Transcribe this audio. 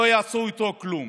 לא יעשו איתו כלום.